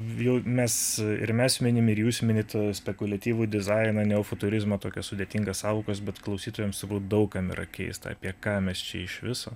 jau mes ir mes minim ir jūs minit spekuliatyvų dizainą neofuturizmą tokias sudėtingas sąvokas bet klausytojams daug kam yra keista apie ką mes čia iš viso